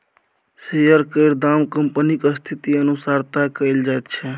share केर दाम कंपनीक स्थिति अनुसार तय कएल जाइत छै